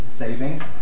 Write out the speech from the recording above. Savings